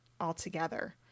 altogether